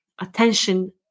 attention